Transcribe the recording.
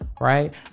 right